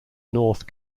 north